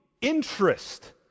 interest